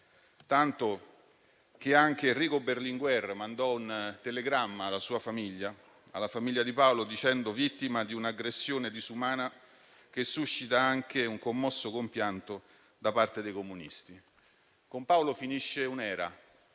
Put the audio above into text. tanto che anche Enrico Berlinguer mandò un telegramma alla sua famiglia, dicendo che era vittima di un'aggressione disumana, che suscitava un commosso compianto anche da parte dei comunisti. Con Paolo finisce un'era,